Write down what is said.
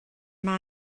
mae